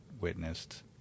witnessed